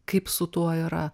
kaip su tuo yra